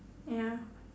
ya